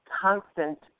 constant